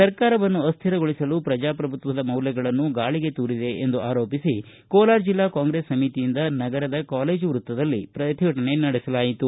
ಸರ್ಕಾರವನ್ನು ಅಸ್ಥಿರಗೊಳಿಸಲು ಪ್ರಜಾಪ್ರಭುತ್ವದ ಮೌಲ್ಯಗಳನ್ನು ಗಾಳಿಗೆ ತೂರಿದೆ ಎಂದು ಆರೋಪಿಸಿ ಕೋಲಾರ ಜಿಲ್ಲಾ ಕಾಂಗ್ರೆಸ್ ಸಮಿತಿಯಿಂದ ನಗರದ ಕಾಲೇಜು ವೃತ್ತದಲ್ಲಿ ಪ್ರತಿಭಟನೆ ನಡೆಸಲಾಯಿತು